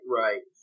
right